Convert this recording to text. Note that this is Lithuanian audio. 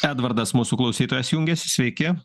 edvardas mūsų klausytojas jungiasi sveiki